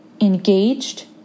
engaged